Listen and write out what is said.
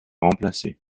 remplacer